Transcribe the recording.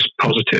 positive